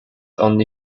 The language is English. only